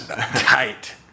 Tight